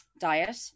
diet